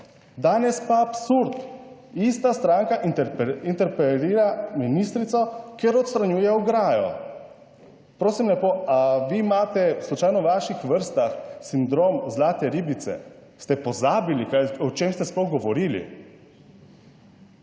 Danes pa absurd, ista stranka interpelira ministrico, ker odstranjuje ograjo. Prosim lepo, a vi imate slučajno v vaših vrstah sindrom zlate ribice? Ste pozabili o čem ste sploh govorili?